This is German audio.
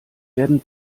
werden